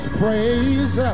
praise